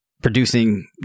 producing